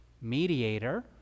mediator